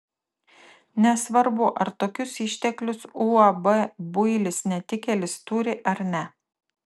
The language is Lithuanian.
nesvarbu ar tokius išteklius uab builis netikėlis turi ar ne